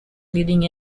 leading